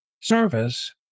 service